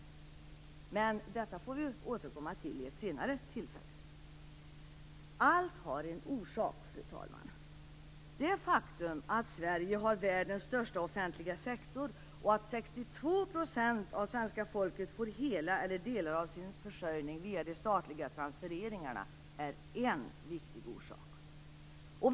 Men detta får vi återkomma till vid ett senare tillfälle. Allt har en orsak, fru talman. Det faktum att Sverige har världens största offentliga sektor och att 62 % av svenska folket får hela eller delar av sin försörjning via de statliga transfereringarna är en viktig orsak.